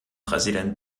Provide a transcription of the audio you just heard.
präsident